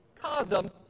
Cosm